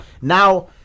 now